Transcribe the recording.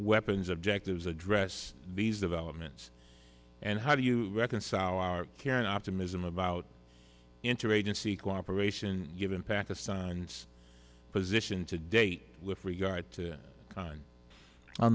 weapons objectives address these developments and how do you reconcile our karen optimism about interagency cooperation given pakistan's position to date with regard to